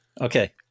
Okay